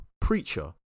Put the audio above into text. Preacher